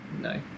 no